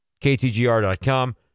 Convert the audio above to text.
KTGR.com